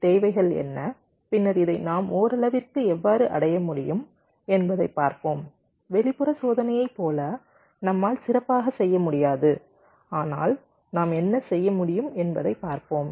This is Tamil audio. தேவைகள் என்ன பின்னர் இதை நாம் ஓரளவிற்கு எவ்வாறு அடைய முடியும் என்பதைப் பார்ப்போம் வெளிப்புற சோதனையைப் போல நம்மால் சிறப்பாக செய்ய முடியாது ஆனால் நாம் என்ன செய்ய முடியும் என்பதைப் பார்ப்போம்